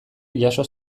jaso